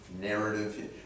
narrative